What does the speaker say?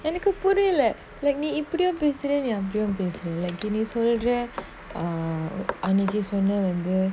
எனக்கு புரில:enaku purila like நீ இப்டியு பேசுர நீ அப்டியு பேசுர:nee ipdiyu pesura nee apdiyu pesura like நீ சொல்ர:nee solra err அன்னைக்கி சொன்ன வந்து:annaiki sonna vanthu